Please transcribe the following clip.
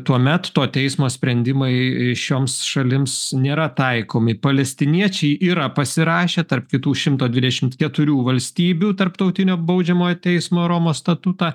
tuomet to teismo sprendimai šioms šalims nėra taikomi palestiniečiai yra pasirašę tarp kitų šimto dvidešimt keturių valstybių tarptautinio baudžiamojo teismo romos statutą